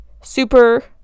super